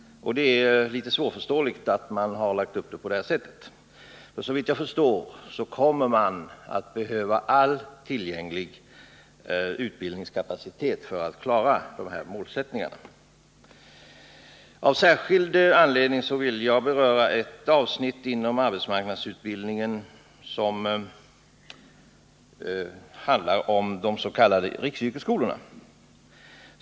Det är litet svårförståeligt att man har lagt upp det på detta sätt. Såvitt jag förstår kommer man att behöva all tillgänglig utbildningskapacitet för att uppnå dessa mål. Av särskild anledning vill jag beröra ett speciellt avsnitt inom arbetsmarknadsutbildningen, nämligen de s.k. riksyrkesskolorna.